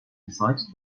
decides